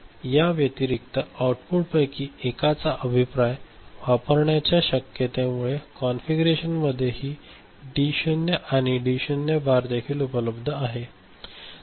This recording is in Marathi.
याव्यतिरिक्त आउटपुटपैकी एकाचा अभिप्राय वापरण्याच्या शक्यतेमुळेया कॉन्फिगरेशनमध्ये ही डी 0 आणि डी 0 बार देखील उपलब्ध आहे